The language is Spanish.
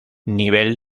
nivel